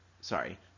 Sorry